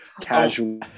casual